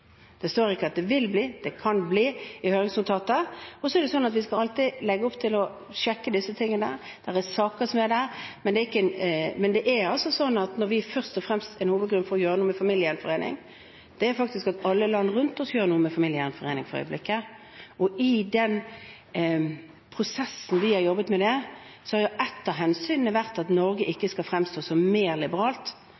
det står ikke «vil bli», det står «kan bli». Vi skal alltid legge opp til å sjekke disse tingene. Det er saker der, men en hovedgrunn for å gjøre noe med familiegjenforening er faktisk at alle land rundt oss gjør noe med familiegjenforening for øyeblikket. I den prosessen, når vi har jobbet med det, har ett av hensynene vært at Norge